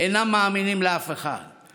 אינם מאמינים לאף אחד.